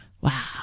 wow